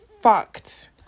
fucked